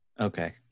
Okay